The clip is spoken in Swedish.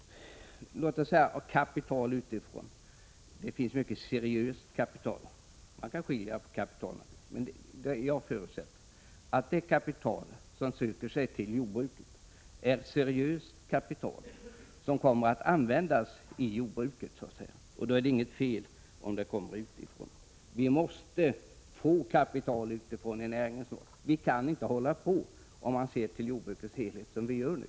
När det gäller kapital utifrån vill jag säga att det finns seriöst kapital. Man kan skilja på kapital och kapital, men jag förutsätter att det kapital som söker sig till jordbruket är ett seriöst kapital, som kommer att användas i jordbruket. Då är det inget fel om det kommer utifrån — jordbruket måste få kapital utifrån. Om man ser till jordbruket som helhet står det klart att vi inte kan hålla på så som vi gör nu.